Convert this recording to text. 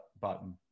button